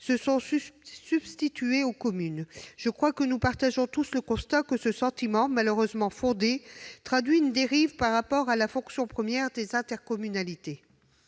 se sont substituées aux communes. Je crois que nous partageons tous le constat que ce sentiment, malheureusement fondé, traduit une dérive par rapport à la fonction première des intercommunalités.